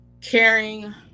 caring